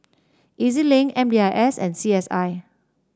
E Z Link M D I S and C S I